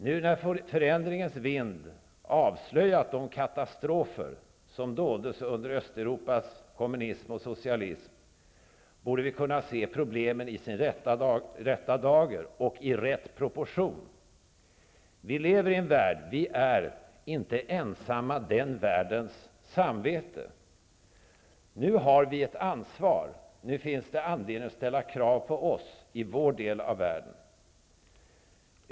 Nu när förändringens vind avslöjat de katastrofer som doldes under Östeuropas kommunism och socialism borde vi kunna se problemen i deras rätta dager och i rätt proportion. Vi lever i en värld där vi inte är ensamma om att vara världssamvetet. Nu har vi ett ansvar. Nu finns det anledning att ställa krav på oss i vår del av världen.